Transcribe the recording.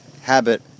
habit